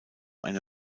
eine